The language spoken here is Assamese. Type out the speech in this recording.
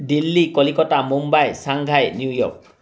Delhi Kolkata Mumbai Shanghai New York